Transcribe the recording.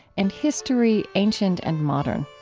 and history ancient and modern.